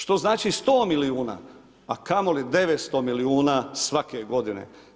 Što znači 100 milijuna a kamoli 900 milijuna svake godine?